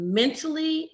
mentally